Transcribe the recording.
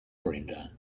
brenda